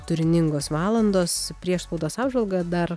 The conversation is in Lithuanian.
turiningos valandos prieš spaudos apžvalgą dar